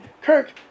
Kirk